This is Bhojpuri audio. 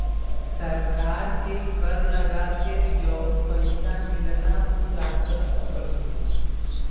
सरकार के कर लगा के जौन पइसा मिलला उ राजस्व कर होला